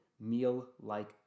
meal-like